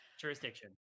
jurisdiction